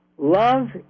Love